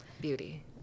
beauty